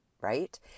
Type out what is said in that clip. right